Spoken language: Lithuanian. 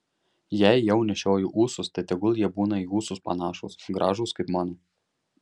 jei jau nešioji ūsus tai tegul jie būna į ūsus panašūs gražūs kaip mano